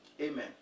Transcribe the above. Amen